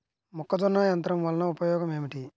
మొక్కజొన్న యంత్రం వలన ఉపయోగము ఏంటి?